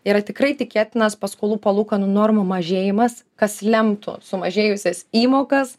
yra tikrai tikėtinas paskolų palūkanų normų mažėjimas kas lemtų sumažėjusias įmokas